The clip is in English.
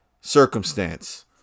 circumstance